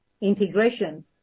integration